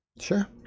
Sure